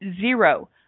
zero